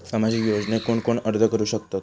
सामाजिक योजनेक कोण कोण अर्ज करू शकतत?